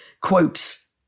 quotes